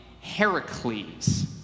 Heracles